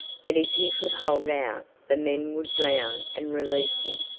that if he could hold out the men would drown and release him.